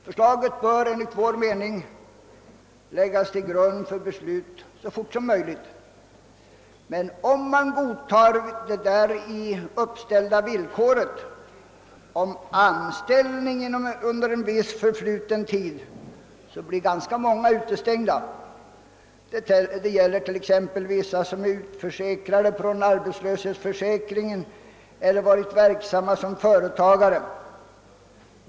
Förslaget bör enligt vår mening föranleda ett beslut så fort som möjligt. Men om man godtar det i förslaget uppställda villkoret om anställning under en viss tid, blir ganska många utestängda. Det gäller t.ex. vissa som är utförsäkrade från arbetslöshetsförsäkringen eller som varit verksamma som företagare.